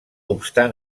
obstant